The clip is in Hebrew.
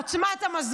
אדוני היושב בראש.